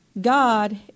God